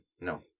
No